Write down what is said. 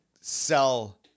sell